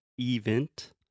event